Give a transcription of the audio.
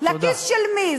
לכיס של מי?